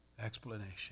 explanation